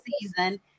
season